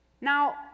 Now